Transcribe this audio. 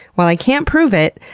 while i can't prove it,